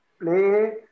play